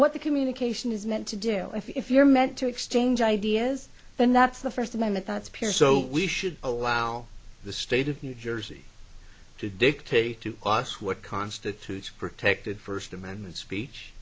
what the communication is meant to do if you're meant to exchange ideas then that's the first amendment that's pure so we should allow the state of new jersey to dictate to us what constitutes protected first amendment speech